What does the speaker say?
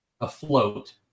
afloat